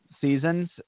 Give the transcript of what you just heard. Seasons